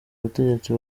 ubutegetsi